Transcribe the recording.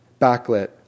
backlit